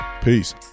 Peace